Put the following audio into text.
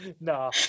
no